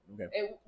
Okay